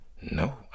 No